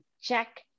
check